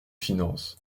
finances